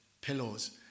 pillows